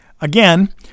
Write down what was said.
Again